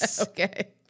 Okay